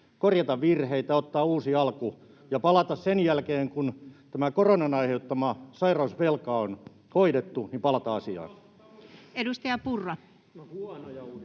korjata virheitä, ottaa uusi alku ja sen jälkeen, kun tämä koronan aiheuttama sairausvelka on hoidettu, palata asiaan. Edustaja Purra.